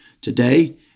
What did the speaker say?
Today